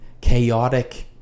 chaotic